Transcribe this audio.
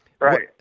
Right